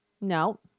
No